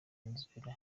venezuela